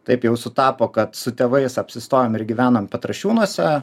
taip jau sutapo kad su tėvais apsistojom ir gyvenom petrašiūnuose